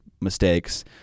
mistakes